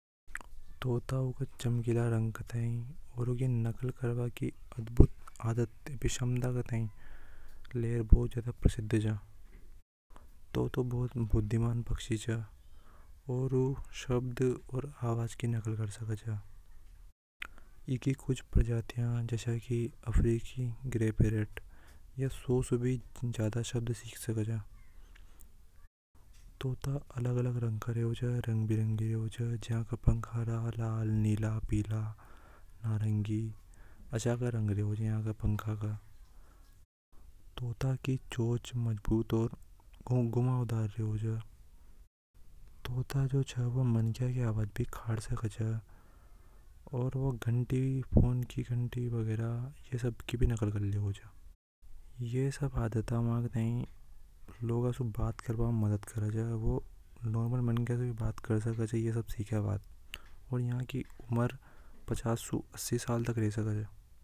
तोता ऊके ﻿चमकीला रंग तय ओर ऊके है नकल करवा की अद्भुत आदत विषमता का वजह से प्रसिद्ध छ। तोतो बहुत बुद्धिमान पक्षी च। और वह शब्द और आवाज की नकल कर च। इनकी कुछ प्रजातियां जैसा कि अफ्रीकी ग्रह परेट भी ज्यादा शब्द से सिख सके छ। तोता अलग-अलग रंग का रेवे छ, तोता रंग-बिरंगे हो जाए जहां का पंख लाल नीला पीला नारंगी आशा का रेवे छ तोता की चोंच मजबूत और घुमावदार रेवे छ तोता जो छ वो माणक्या की आवाज भी कार्ड सके छ। बचाव और वह घंटी फोन की घंटी वगैरा यह सब की भी नकल कर लेवे छ यह सब आदत उन्हें लोगों से बात करवआ में मदद कर जाए वह नॉर्मल मनक्या से भी बात कर सकता हे और ये सिखाया बाद। और यहां की उम्र पचास से अस्सी साल तक रह सके।